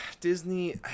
Disney